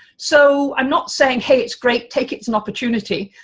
so i'm not saying hey it's great, take it's an opportunity.